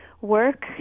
work